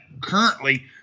currently